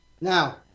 Now